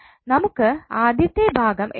നമുക്ക് ആദ്യത്തെ ഭാഗം എടുക്കാം